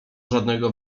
żadnego